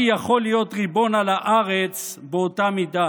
יכול להיות ריבון על הארץ באותה מידה.